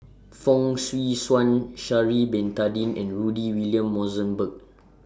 Fong Swee Suan Sha'Ari Bin Tadin and Rudy William Mosbergen